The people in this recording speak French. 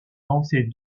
danser